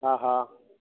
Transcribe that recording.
हा हा